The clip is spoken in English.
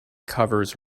covers